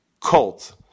cult